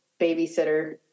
babysitter